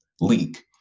leak